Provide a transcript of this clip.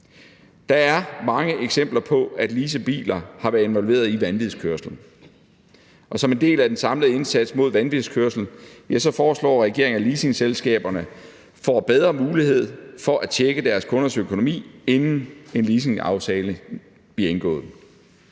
Der er mange eksempler på, at leasede biler har været involveret i vanvidskørsel, og som en del af den samlede indsats mod vanvidskørsel foreslår regeringen, at leasingselskaberne får bedre mulighed for at tjekke deres kunders økonomi, inden en leasingaftale bliver indgået.